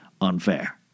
unfair